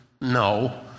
No